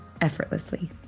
effortlessly